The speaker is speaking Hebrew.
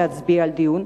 להצביע על דיון,